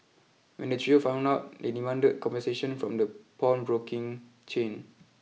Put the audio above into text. when the trio found out they demanded a compensation from the pawnbroking chain